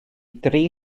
dri